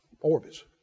orbits